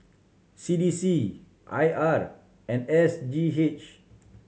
C D C I R and S G H